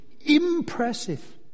Impressive